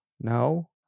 No